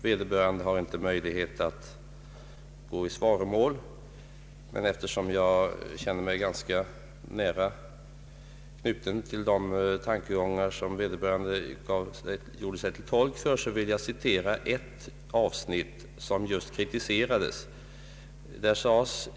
Vederbörande har inte möjlighet att gå i svaromål, men eftersom jag känner mig ganska nära knuten till de tankegångar som vederbörande gav uttryck åt vill jag citera ett avsnitt som kritiserades.